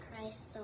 Christ